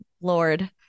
Lord